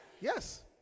yes